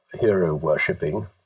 hero-worshipping